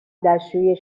دستشویی